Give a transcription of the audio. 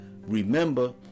remember